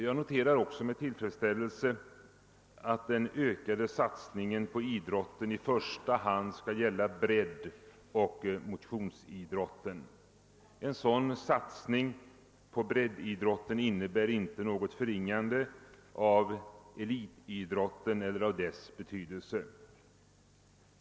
Jag känner också tillfredsställelse över att den ökade satsningen på idrotten i första hand skall gälla breddoch motionsidrotten. En sådan satsning på breddidrotten innebär inte något förringande av = elitidrottens betydelse.